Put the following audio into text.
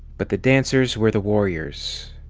but the dancers were the warriors.